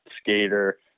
skater